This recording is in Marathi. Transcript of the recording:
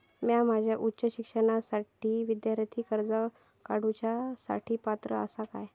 म्या माझ्या उच्च शिक्षणासाठीच्या विद्यार्थी कर्जा काडुच्या साठी पात्र आसा का?